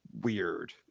weird